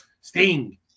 Sting